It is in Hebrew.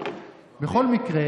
בכל מקרה,